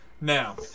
Now